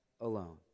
alone